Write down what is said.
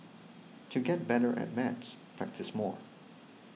to get better at maths practise more